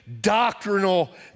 doctrinal